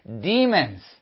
demons